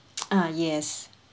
uh yes